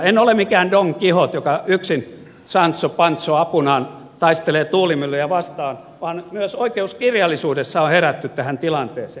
en ole mikään don quijote joka yksin sancho panza apunaan taistelee tuulimyllyjä vastaan vaan myös oikeuskirjallisuudessa on herätty tähän tilanteeseen